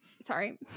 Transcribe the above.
Sorry